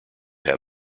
have